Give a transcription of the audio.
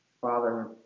Father